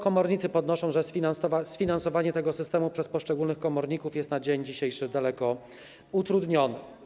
Komornicy podnoszą, że sfinansowanie tego systemu przez poszczególnych komorników jest na dzień dzisiejszy daleko utrudnione.